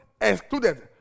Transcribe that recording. excluded